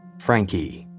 Frankie